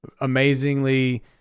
amazingly